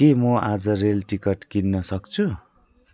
के म आज रेल टिकट किन्न सक्छु